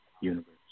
universe